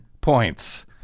points